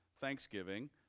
Thanksgiving